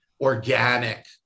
organic